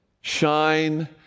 Shine